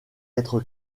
être